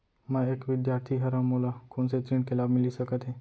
मैं एक विद्यार्थी हरव, मोला कोन से ऋण के लाभ मिलिस सकत हे?